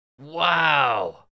Wow